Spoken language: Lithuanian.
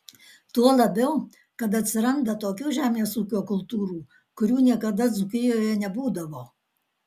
tuo labiau kad atsiranda tokių žemės ūkio kultūrų kurių niekada dzūkijoje nebūdavo